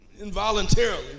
involuntarily